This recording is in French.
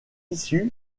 issu